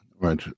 Right